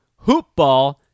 HoopBall